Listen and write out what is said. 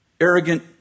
arrogant